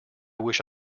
wish